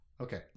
Okay